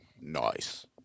nice